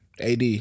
AD